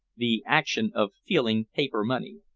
the action of feeling paper money.